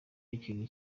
ikintu